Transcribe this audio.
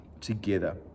together